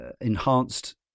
enhanced